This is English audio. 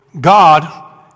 God